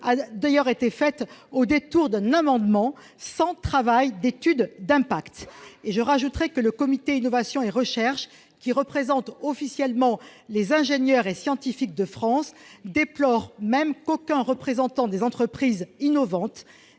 a d'ailleurs été faite au détour d'un amendement sans avoir travaillé à une étude d'impact. J'ajouterai que le comité Innovation et recherche, qui représente officiellement les ingénieurs et scientifiques de France, déplore même qu'aucun représentant des entreprises innovantes